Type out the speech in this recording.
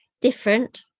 different